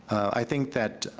i think that, ah,